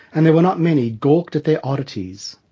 and there were not many, gawked at their oddities.